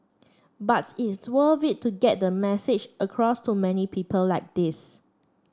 buts is to worth it to get the message across to many people like this